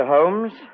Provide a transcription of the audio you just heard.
Holmes